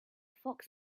fox